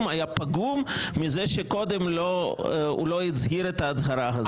היה פגום מזה שקודם הוא לא הצהיר את ההצהרה הזאת.